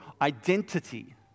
identity